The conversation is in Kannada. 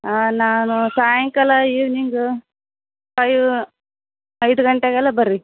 ಹಾಂ ನಾನು ಸಾಯಂಕಾಲ ಇವ್ನಿಂಗ್ ಫೈವ್ ಐದು ಗಂಟೆಗೆಲ್ಲ ಬರ್ರೀ